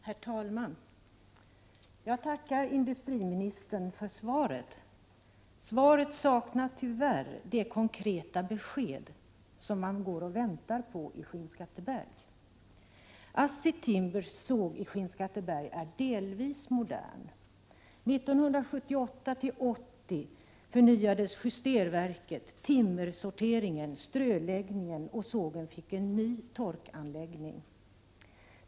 Herr talman! Jag tackar industriministern för svaret. Svaret saknar tyvärr det konkreta besked som man väntar på i Skinnskatteberg. ASSI Timbers såg i Skinnskatteberg är delvis modern. 1978-1980 förnyades justerverket, timmersorteringen samt ströläggningen, och sågen fick en ny torkanläggning.